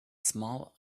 small